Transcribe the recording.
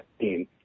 team